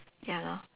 ya lor